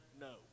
no